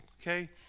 okay